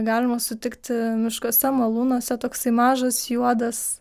galima sutikti miškuose malūnuose toksai mažas juodas